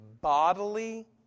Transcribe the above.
bodily